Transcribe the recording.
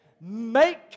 Make